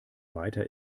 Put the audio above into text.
weiter